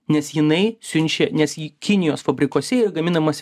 nes jinai siunčia nes ji kinijos fabrikuose yra gaminamas